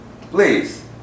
Please